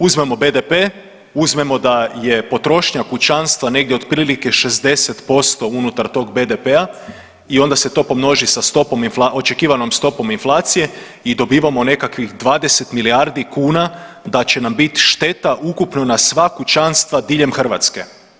Uzmemo BDP, uzmemo da je potrošnja kućanstva negdje otprilike 60% unutar tog BDP-a i onda se to pomnoži sa stopom .../nerazumljivo/... očekivanom stopom inflacije i dobivamo nekakvih 20 milijardi kuna da će nam bit šteta ukupno na sva kućanstva diljem Hrvatske.